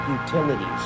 utilities